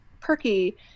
Perky